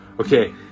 Okay